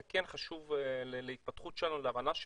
זה כן חשוב להתפתחות שלנו, להבנה שלנו,